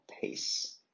pace